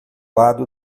lado